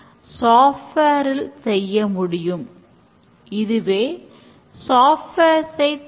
waterfall மாடலானது கண்டிப்பாக உகந்தது அல்ல